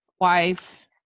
wife